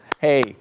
hey